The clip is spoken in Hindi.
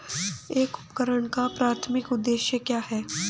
एक उपकरण का प्राथमिक उद्देश्य क्या है?